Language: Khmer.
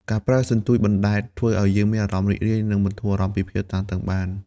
ការប្រើសន្ទូចបណ្ដែតធ្វើឲ្យយើងមានអារម្មណ៍រីករាយ និងបន្ធូរអារម្មណ៍ពីភាពតានតឹងបាន។